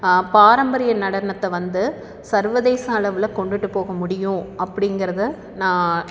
பாரம்பரியம் நடனத்தை வந்து சர்வேதச அளவில் கொண்டுட்டுப் போக முடியும் அப்படிங்கிறத நான்